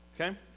Okay